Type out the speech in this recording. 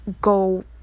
go